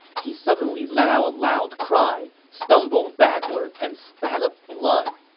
he suddenly let out a loud cry, stumbled backward, and spat up blood.